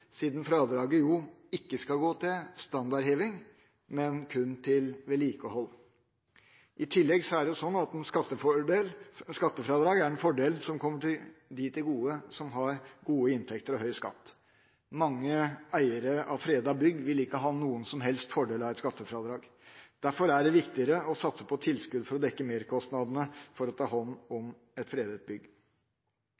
siden fradraget jo ikke skal gå til standardheving, men kun til vedlikehold. I tillegg er skattefradrag en fordel som kommer dem til gode som har gode inntekter og høy skatt. Mange eiere av fredede bygg vil ikke ha noen som helst fordel av et skattefradrag. Det er derfor riktigere å satse på tilskudd for å dekke merkostnadene ved å ta hånd om